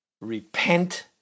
repent